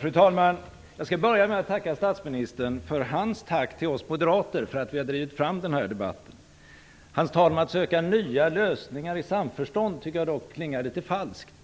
Fru talman! Jag skall börja med att tacka statsministern för hans tack till oss moderater för att vi har drivit fram denna debatt. Hans tal om att söka nya lösningar i samförstånd tycker jag dock klingar litet falskt.